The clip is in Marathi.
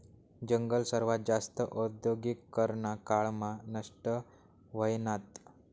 जंगल सर्वात जास्त औद्योगीकरना काळ मा नष्ट व्हयनात